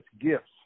gifts